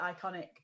iconic